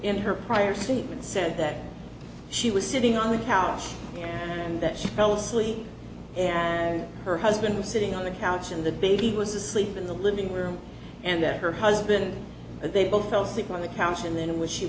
and her prior statement said that she was sitting on the couch and that she fell asleep and her husband was sitting on the couch and the baby was asleep in the living room and that her husband they both fell asleep on the couch and then when she